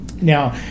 Now